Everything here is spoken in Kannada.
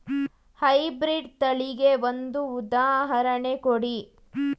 ಹೈ ಬ್ರೀಡ್ ತಳಿಗೆ ಒಂದು ಉದಾಹರಣೆ ಕೊಡಿ?